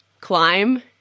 climb